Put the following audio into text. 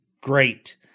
great